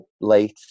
late